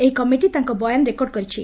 ଏହି କମିଟି ତାଙ୍କ ବୟାନ ରେକର୍ଡ କରିଛି